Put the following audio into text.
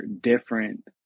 different